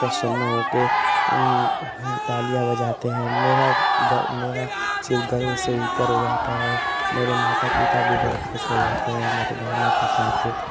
प्रसन्न होकर तालियाँ बजाते हैं तो मेरा गर सिर गर्व से ऊपर हो जाता है मेरे माता पिता भी बहुत ख़ुश हो जाते हैं मेरे गाने को सुनकर